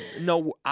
No